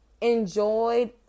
enjoyed